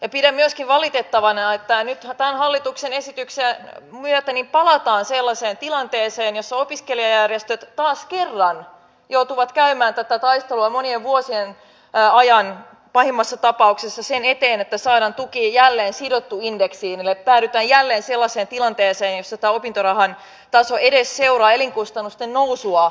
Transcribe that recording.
pidän myöskin valitettavana että nythän tämän hallituksen esityksen myötä palataan sellaiseen tilanteeseen jossa opiskelijajärjestöt taas kerran joutuvat käymään pahimmassa tapauksessa monien vuosien ajan tätä taistelua sen eteen että saadaan tuki jälleen sidottua indeksiin eli päädytään jälleen sellaiseen tilanteeseen jossa tämä opintorahan taso edes seuraa elinkustannusten nousua